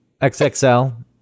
XXL